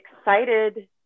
excited